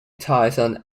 tyson